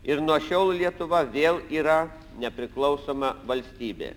ir nuo šiol lietuva vėl yra nepriklausoma valstybė